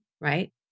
right